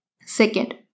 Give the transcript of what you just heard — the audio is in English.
Second